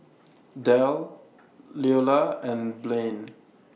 Del Leola and Blain